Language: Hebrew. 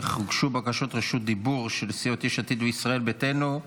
אך הוגשו בקשות רשות דיבור של סיעות יש עתיד וישראל ביתנו.